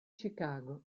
chicago